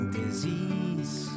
disease